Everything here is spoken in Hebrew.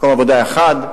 מקום עבודה אחד,